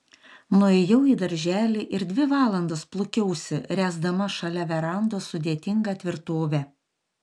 nuėjau į darželį ir dvi valandas plūkiausi ręsdama šalia verandos sudėtingą tvirtovę